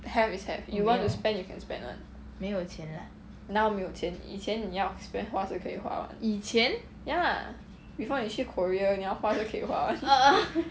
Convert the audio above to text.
have is have you want to spend you can spend [one] now 没有钱以前你要 spend 花是可以花 [one] ya before 你去 korea 你要花都可以花 [one]